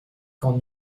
qu’on